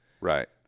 Right